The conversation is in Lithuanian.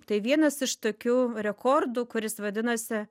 tai vienas iš tokių rekordų kuris vadinasi